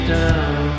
down